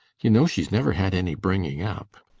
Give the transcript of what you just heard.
you know she's never had any bringing up.